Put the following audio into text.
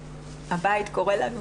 הבית קורא לנו.